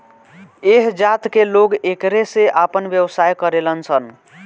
ऐह जात के लोग एकरे से आपन व्यवसाय करेलन सन